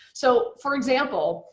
so for example,